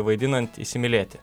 vaidinant įsimylėti